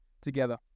together